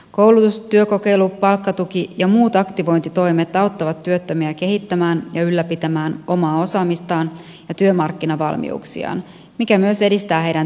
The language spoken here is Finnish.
koulutus työkokeilu palkkatuki ja muut aktivointitoimet auttavat työttömiä kehittämään ja ylläpitämään omaa osaamistaan ja työmarkkinavalmiuksiaan mikä myös edistää heidän työllistymistään